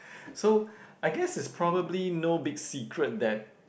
so I guess is probably no big secret that